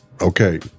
Okay